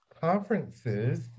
conferences